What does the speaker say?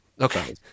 Okay